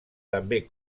també